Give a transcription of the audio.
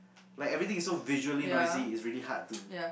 like everything is so visually noisy is really hard to